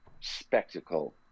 spectacle